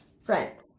Friends